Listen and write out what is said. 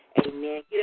amen